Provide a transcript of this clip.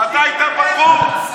אתה היית בחוץ.